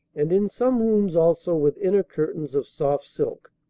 and in some rooms also with inner curtains of soft silk.